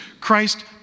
Christ